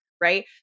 right